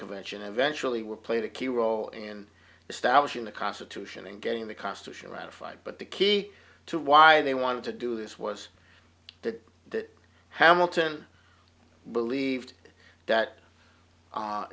convention eventually were played a key role in establishing the constitution and getting the constitution ratified but the key to why they wanted to do this was that that hamilton believed that